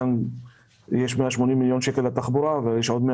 כאן יש 180 מיליון שקלים לתחבורה ויש עוד 100